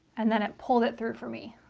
and then it pulled it through for me.